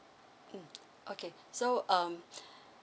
mm okay so um